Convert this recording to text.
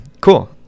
cool